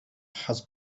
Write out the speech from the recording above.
had